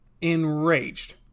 enraged